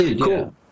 cool